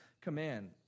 command